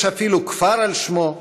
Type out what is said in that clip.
יש אפילו כפר על שמו,